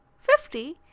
fifty